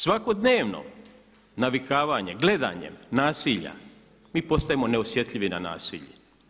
Svakodnevno navikavanje, gledanje nasilja, mi postajemo neosjetljivi na nasilje.